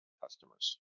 customers